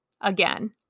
again